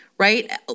Right